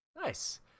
Nice